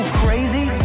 crazy